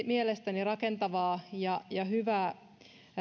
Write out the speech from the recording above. mielestäni rakentavaa ja ja hyvää